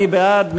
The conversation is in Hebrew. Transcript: מי בעד?